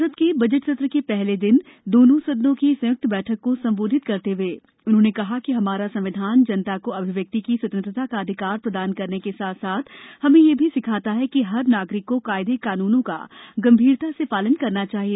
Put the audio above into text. संसद के बजट सत्र के पहले दिन दोनों सदनों की संयुक्त बैठक को संबोधित करते हुए उन्होंने कहा कि हमारा संविधान जनता को अभिव्यक्ति की स्वतंत्रता का अधिकार प्रदान करने के साथ साथ हमें यह भी सिखाता है कि हर नागरिक को कायदे कानूनों का गंभीरता से पालन करना चाहिए